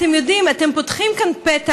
אתם יודעים, אתם פותחים כאן פתח,